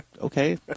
okay